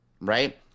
right